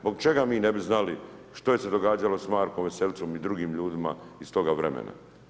Zbog čega mi ne bi znali što se događalo s Markom Veselicom i drugim ljudima iz toga vremena?